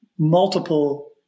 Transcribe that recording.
Multiple